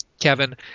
Kevin